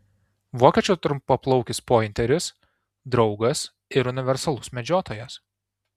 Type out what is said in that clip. vokiečių trumpaplaukis pointeris draugas ir universalus medžiotojas